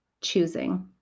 choosing